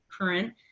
current